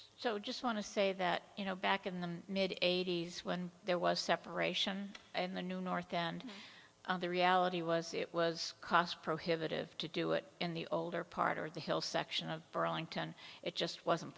i just want to say that you know back in the mid eighty's when there was a separation in the new north and the reality was it was cost prohibitive to do it in the older part of the hill section of burlington it just wasn't